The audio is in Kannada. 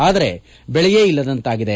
ಆದರೆ ಬೆಳೆಯೇ ಇಲ್ಲದಂತಾಗಿದೆ